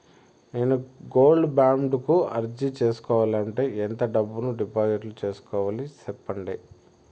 నేను gold bond కు అర్జీ సేసుకోవాలంటే ఎంత డబ్బును డిపాజిట్లు సేసుకోవాలి సెప్పండి